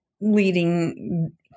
leading